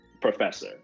professor